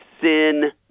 sin